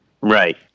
right